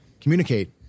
communicate